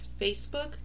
Facebook